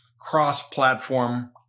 cross-platform